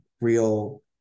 real